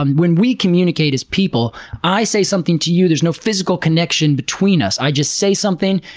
and when we communicate as people, i say something to you there's no physical connection between us i just say something,